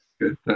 Good